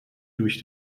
durch